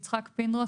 יצחק פינדרוס,